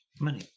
money